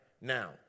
Now